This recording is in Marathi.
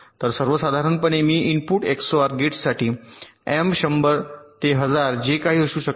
तर सर्वसाधारणपणे मी इनपुट एक्सओआर गेटसाठी एम 100 1000 जे काही असू शकते